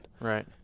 Right